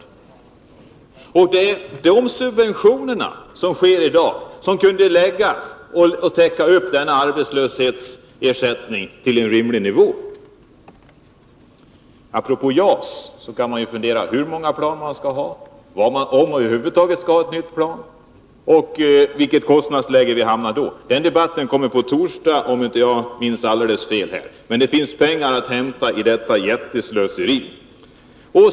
De pengar som gesi subventioner kunde användas för att läggas på och täcka upp arbetslöshetsersättningen till en rimlig nivå. Apropå JAS kan man fundera hur många plan man skall ha, om man över huvud taget skall ha ett nytt plan och vilket kostnadsläge som vi då kommer att ha. Den debatten kommer på torsdag, om jag inte tar alldeles fel. Men det finns pengar att hämta, med tanke på detta jätteslöseri.